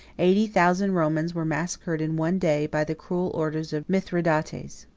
eighty thousand romans were massacred in one day, by the cruel orders of mithridates.